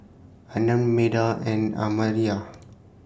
Anand Medha and Amartya